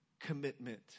commitment